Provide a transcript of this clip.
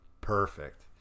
Perfect